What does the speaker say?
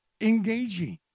engaging